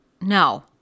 no